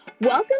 Welcome